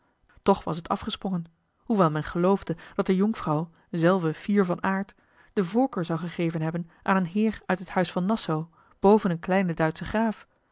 toch was het afgesprongen hoewel men geloofde dat de jonkvrouw zelve fier van aard de voorkeur zou gegeven hebben aan een heer uit het huis van nassau boven een kleinen duitschen graaf